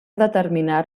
determinar